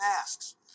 masks